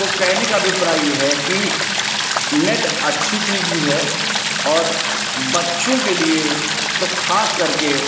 तो कहने का अभिप्राय यह है कि नेट अच्छी चीज़ भी है और बच्चों के लिए तो ख़ास करके